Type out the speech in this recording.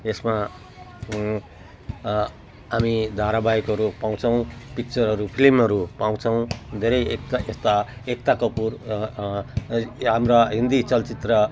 यसमा हामी धारावाहिकहरू पाउँछौँ पिक्चरहरू फिल्महरू पाउँछौँ धेरै एकता यस्ता एकता कपुर हाम्रा हिन्दी चलचित्र